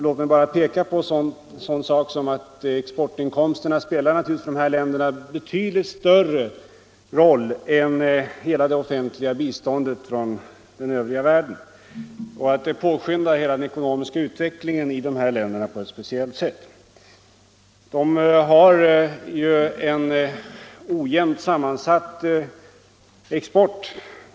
Låt mig bara peka på en sådan sak som att exportinkomsterna naturligtvis spelar en betydligt större roll för dessa länder än hela det offentliga biståndet från den övriga världen och att handelsutbytet påskyndar hela den ekonomiska utvecklingen i u-länderna på ett alldeles speciellt sätt. De har ju en ojämnt sammansatt export.